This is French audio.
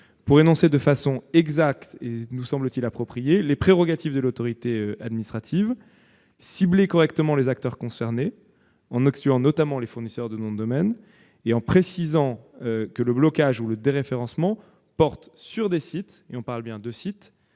pour définir de manière exacte et, nous semble-t-il, appropriée les prérogatives de l'autorité administrative : cibler correctement les acteurs concernés, en excluant notamment les fournisseurs de noms de domaine, et en précisant que le blocage ou le déréférencement portent bien sur des sites, et non sur des